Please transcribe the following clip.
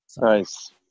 Nice